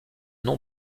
nom